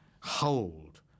hold